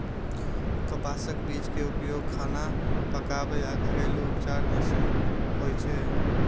कपासक बीज के उपयोग खाना पकाबै आ घरेलू उपचार मे होइ छै